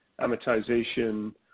amortization